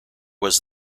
was